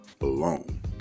Alone